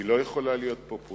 היא לא יכולה להיות פופוליזם.